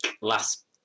last